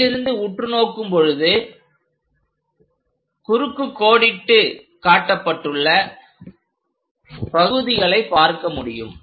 மேலிருந்து உற்றுநோக்கும் பொழுது குறுக்கு கோடிட்டுக் காட்டப்பட்டுள்ள பகுதிகளை பார்க்க முடியும்